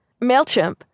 MailChimp